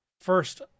First